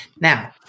Now